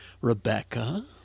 Rebecca